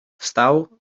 wstał